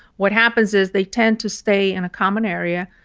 what happens is they tend to stay in a common area,